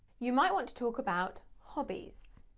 you might want to talk about hobbies.